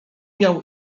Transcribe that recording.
miał